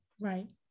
right